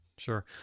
Sure